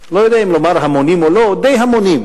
לא יודע אם לומר המונים או לא, די המונים.